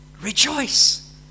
rejoice